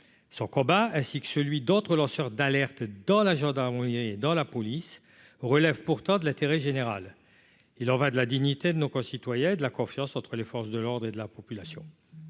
son combat ainsi que celui d'autres lanceurs d'alerte dans la gendarmerie dans la police relève pourtant de l'intérêt général, il en va de la dignité de nos concitoyens et de la confiance entre les forces de l'ordre et de la population,